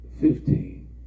fifteen